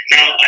Now